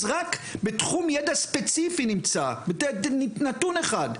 אז רק בתחום ידע ספציפי, נתון אחד.